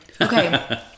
Okay